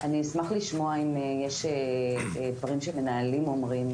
אני אשמח לשמוע אם יש דברים שמנהלים אומרים,